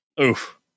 Oof